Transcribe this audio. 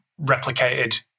replicated